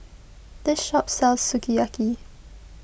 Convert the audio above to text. this shop sells Sukiyaki